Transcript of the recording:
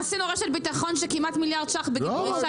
עשינו רשת ביטחון של כמעט מילארד ₪ בגיל פרישה,